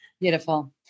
Beautiful